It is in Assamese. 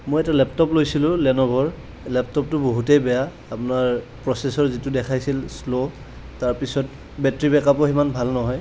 মই এটা লেপটপ লৈছিলোঁ লেন'ভৰ লেপটপটো বহুতেই বেয়া আপোনাৰ প্ৰচেছৰ যিটো দেখাইছিল শ্লো তাৰপিছত বেটেৰি বেকআপো সিমান ভাল নহয়